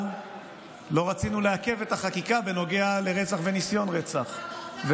אבל לא רצינו לעכב את החקיקה בנוגע לרצח ולניסיון רצח,